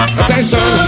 attention